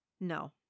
No